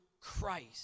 Christ